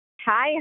Hi